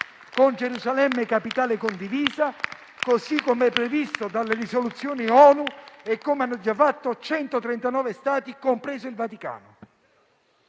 con Gerusalemme capitale condivisa, così come previsto dalle risoluzioni ONU e come hanno già fatto 139 Stati, compreso il Vaticano.